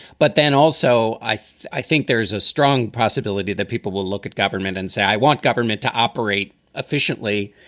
but then also, i i think there is a strong possibility that people will look at government and say, i want government to operate efficiently,